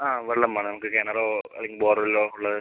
ആ വെള്ളം വേണം നമുക്ക് കിണറോ അല്ലെങ്കിൽ ബോർവെല്ലോ ഉള്ള